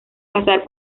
pasar